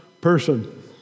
person